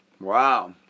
Wow